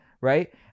Right